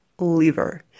liver